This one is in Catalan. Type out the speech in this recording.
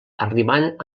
arribant